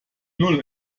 null